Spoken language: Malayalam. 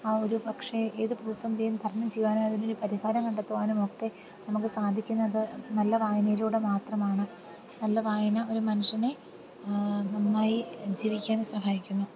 ആ ഒരു പക്ഷെ ഏത് പ്രതിസന്ധിയും തരണം ചെയ്യുവാനും അതിന് ഒരു പരിഹാരം കണ്ടെത്തുവാനുമൊക്കെ നമുക്ക് സാധിക്കുന്നത് നല്ല വായനയിലൂടെ മാത്രമാണ് നല്ല വായന ഒരു മനുഷ്യനെ നന്നായി ജീവിക്കാനും സഹായിക്കുന്നു